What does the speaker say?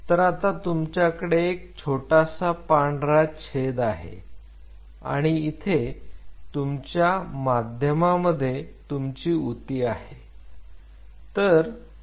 तर आता तुमच्याकडे एक छोटासा पांढरा छेद आहे आणि इथे तुमच्या माध्यमा मध्ये तुमची ऊती आहे